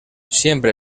siempre